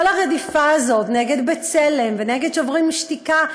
כל הרדיפה הזאת נגד "בצלם" ונגד "שוברים שתיקה",